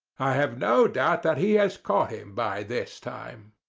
i have no doubt that he has caught him by this time.